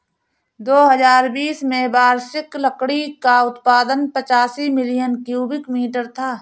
दो हजार बीस में वार्षिक लकड़ी का उत्पादन पचासी मिलियन क्यूबिक मीटर था